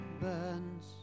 Burns